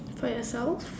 for yourself